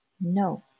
No